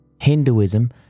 Hinduism